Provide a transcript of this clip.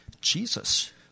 Jesus